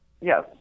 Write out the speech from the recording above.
yes